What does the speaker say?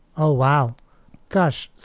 oh, wow gosh.